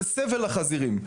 זה סבל לחזירים,